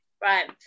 Right